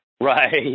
right